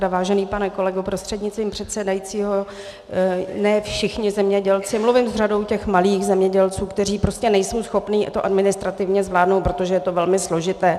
Vážený pane kolego prostřednictvím předsedající, ne všichni zemědělci, mluvím s řadou těch malých zemědělců, kteří nejsou schopni to administrativně zvládnout, protože je to velmi složité.